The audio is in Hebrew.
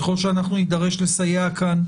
ככל שאנחנו נידרש לסייע כאן,